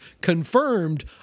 confirmed